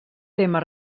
temes